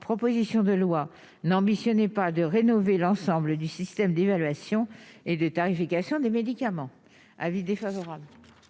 proposition de loi n'ambitionnait pas de rénover l'ensemble du système d'évaluation et de tarification des médicaments avis défavorable.